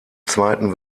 zweiten